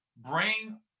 bring